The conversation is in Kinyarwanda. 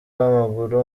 w’amaguru